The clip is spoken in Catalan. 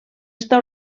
està